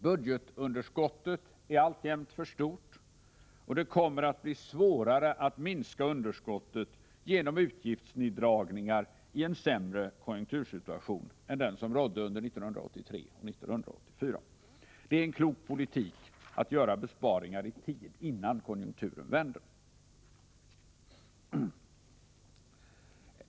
Budgetunderskottet är alltjämt för stort, och det kommer att bli svårare att minska underskottet genom utgiftsneddragningar i en sämre konjunktursituation än den som rådde under 1983 och 1984. Det är klok politik att göra besparingar i tid, innan konjunkturen vänder.